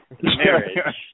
Marriage